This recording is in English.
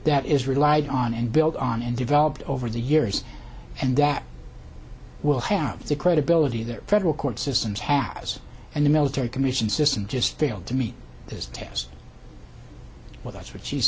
that is relied on and built on and developed over the years and that will have the credibility that federal court systems has and the military commission system just failed to meet this test well that's what she